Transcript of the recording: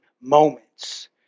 moments